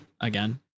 again